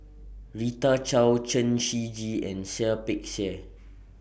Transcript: Rita Chao Chen Shiji and Seah Peck Seah